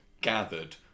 gathered